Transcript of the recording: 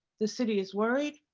the city is worried.